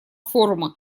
форума